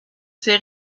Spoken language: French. ses